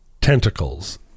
tentacles